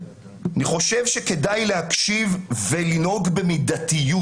ואני חושב שכדאי להקשיב ולנהוג במידתיות.